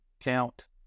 count